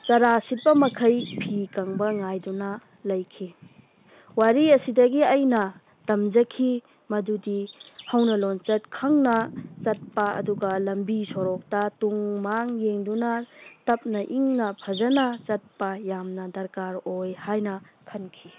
ꯆꯔꯥꯁꯤꯠꯄꯃꯈꯩ ꯐꯤ ꯀꯪꯕ ꯉꯥꯏꯗꯨꯅ ꯂꯩꯈꯤ ꯋꯥꯔꯤ ꯑꯁꯤꯗꯒꯤ ꯑꯩꯅ ꯇꯝꯖꯈꯤ ꯃꯗꯨꯗꯤ ꯍꯧꯅꯂꯣꯟꯆꯠ ꯈꯪꯅ ꯆꯠꯄ ꯑꯗꯨꯒ ꯂꯝꯕꯤ ꯁꯣꯔꯣꯛꯇ ꯇꯨꯡ ꯃꯥꯡ ꯌꯦꯡꯗꯨꯅ ꯇꯞꯅ ꯏꯪꯅ ꯐꯖꯅ ꯆꯠꯄ ꯌꯥꯝꯅ ꯗ꯭ꯔꯀꯥꯔ ꯑꯣꯏ ꯍꯥꯏꯅ ꯈꯟꯈꯤ